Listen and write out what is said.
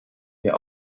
wir